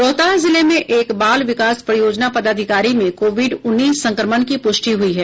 रोहतास जिले में एक बाल विकास परियोजना पदाधिकारी में कोविड उन्नीस संक्रमण की पुष्टि हुई है